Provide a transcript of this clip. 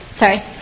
Sorry